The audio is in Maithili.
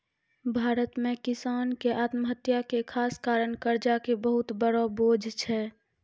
भारत मॅ किसान के आत्महत्या के खास कारण कर्जा के बहुत बड़ो बोझ छै